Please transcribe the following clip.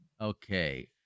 Okay